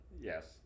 Yes